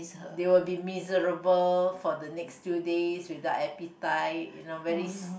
they will be miserable for the next two days without appetite you know very